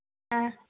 ಹಾಂ